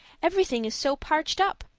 everything is so parched up.